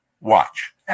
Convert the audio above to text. Watch